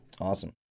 Awesome